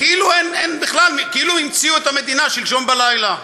כאילו אין בכלל כאילו המציאו את המדינה שלשום בלילה.